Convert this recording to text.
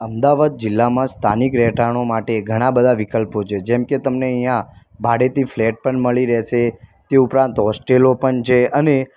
અમદાવાદ જિલ્લામાં સ્થાનિક રહેઠાણો માટે ઘણાં બધા વિકલ્પો છે જેમ કે તમને અહીંયા ભાડેથી ફ્લેટ પણ મળી રહેશે તે ઉપરાંત હૉસ્ટેલો પણ છે અને